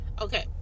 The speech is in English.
Okay